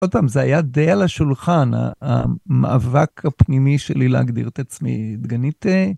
עוד פעם, זה היה די על השולחן, המאבק הפנימי שלי להגדיר את עצמי. דגנית אה